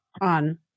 on –